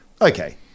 okay